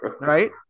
Right